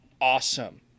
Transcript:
awesome